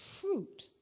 fruit